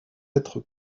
être